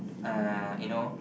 uh you know